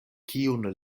kiun